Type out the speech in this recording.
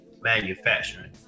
manufacturing